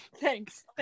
Thanks